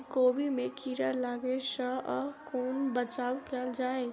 कोबी मे कीड़ा लागै सअ कोना बचाऊ कैल जाएँ?